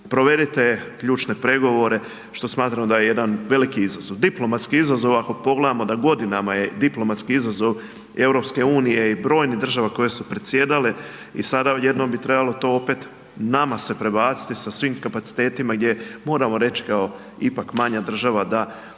provedite ključne pregovore, što smatram da je jedan veliki izazov, diplomatski izazov ako pogledamo da godinama je diplomatski izazov EU i brojnih država koje su predsjedale i sada jednom bi trebalo to opet nama se prebaciti sa svim kapacitetima gdje moramo reći kao ipak manja država da ne